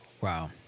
Wow